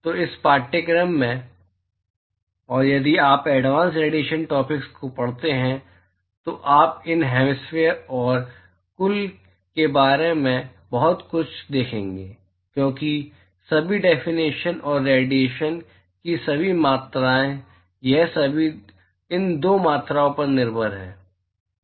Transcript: तो इस पाठ्यक्रम में और यदि आप एडवांस रेडिएशन टॉपिक्स को पढ़ते हैं तो आप इन हेमिस्फेयर और कुल के बारे में बहुत कुछ देखेंगे क्योंकि सभी डेफिनेशंस और रेडिएशन की सभी मात्राएँ ये सभी इन 2 मात्राओं पर निर्भर हैं